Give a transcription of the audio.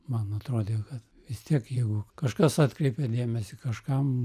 man atrodė kad vis tiek jeigu kažkas atkreipė dėmesį kažkam